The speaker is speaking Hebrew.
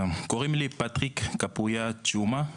קוראים לי פטריק קפויה צ'ומה,